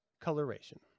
coloration